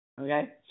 okay